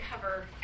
cover